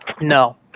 No